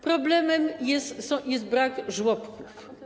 Problemem jest też brak żłobków.